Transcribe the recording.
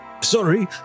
Sorry